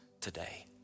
today